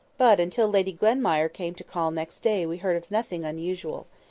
but until lady glenmire came to call next day we heard of nothing unusual.